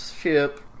ship